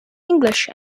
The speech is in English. english